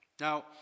Now